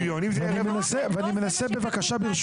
250,000 אם זה יהיה 250,000 --- אני מנסה בבקשה ברשותך